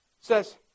says